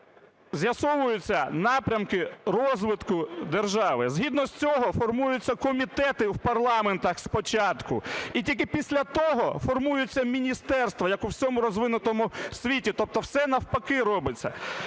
з'ясовуються напрямки розвитку держави. Згідно цього формуються комітети в парламентах спочатку, і тільки після того формуються міністерства, як у всьому розвинутому світі, тобто все навпаки робиться.